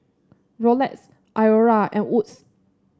Rolex Iora and Wood's